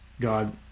god